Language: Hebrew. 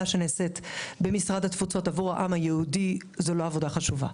שנעשית במשרד התפוצות עבור העם היהודי היא לא עבודה חשובה.